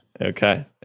Okay